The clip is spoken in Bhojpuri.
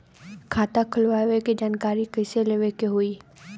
खाता खोलवावे के जानकारी कैसे लेवे के होई?